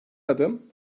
adım